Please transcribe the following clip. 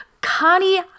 Connie